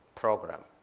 program.